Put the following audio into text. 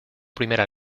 primera